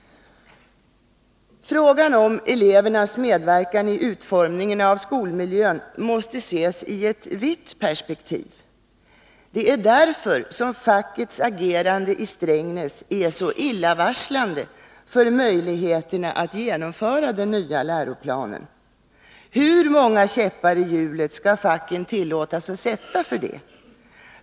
Frågan om elevernas medverkan vid utformningen av skolmiljön måste ses i ett vidare perspektiv. Det är därför som fackets agerande i Strängnäs är så illavarslande med tanke på möjligheterna att genomföra den nya läroplanen. Hur många käppar i hjulet skall facken tillåtas sätta i det avseendet?